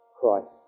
Christ